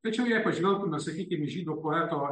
tačiau jei pažvelgtume sakykim į žydų poeto